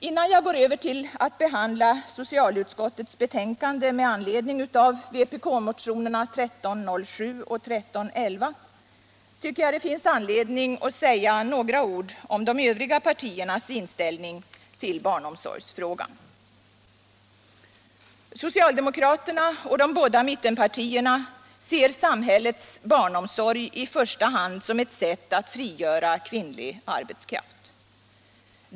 Innan jag går över till att behandla socialutskottets betänkande med anledning av vpk-motionerna 1307 och 1311 tycker jag det finns anledning att säga några ord om de övriga partiernas inställning till barnomsorgsfrågan. Socialdemokraterna och de båda mittenpartierna ser samhällets barnomsorg i första hand som ett sätt att frigöra kvinnlig arbetskraft.